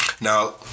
Now